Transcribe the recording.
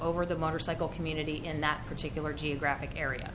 over the motorcycle community in that particular geographic area